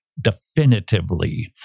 Definitively